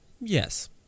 Yes